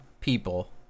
people